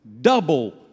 Double